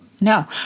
no